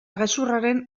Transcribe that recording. gezurraren